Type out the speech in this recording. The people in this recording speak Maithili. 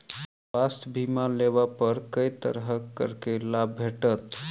स्वास्थ्य बीमा लेबा पर केँ तरहक करके लाभ भेटत?